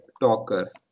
talker